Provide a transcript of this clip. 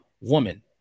woman